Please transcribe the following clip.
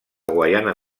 guaiana